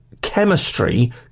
chemistry